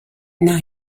now